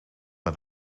met